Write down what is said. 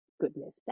goodness